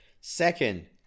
second